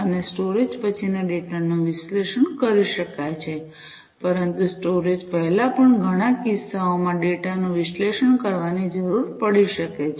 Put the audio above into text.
અને સ્ટોરેજ પછીના ડેટાનું વિશ્લેષણ કરી શકાય છે પરંતુ સ્ટોરેજ પહેલા પણ ઘણા કિસ્સાઓમાં ડેટાનું વિશ્લેષણ કરવાની જરૂર પડી શકે છે